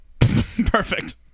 Perfect